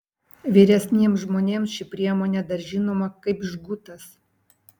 vyresniems žmonėms ši priemonė dar žinoma kaip žgutas